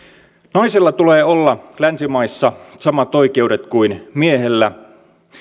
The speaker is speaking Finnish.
naisella tulee olla länsimaissa samat oikeudet kuin miehellä